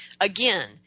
again